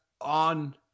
on